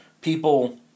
people